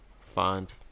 Find